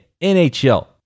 NHL